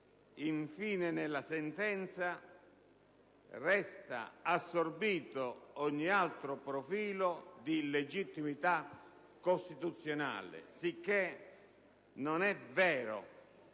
infine nella sentenza: «Resta assorbito ogni altro profilo di illegittimità costituzionale». Sicché, non è vero